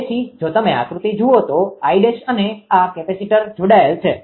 તેથી જો તમે આકૃતિ જુઓ તો 𝐼′ અને આ કેપેસિટર જોડાયેલ છે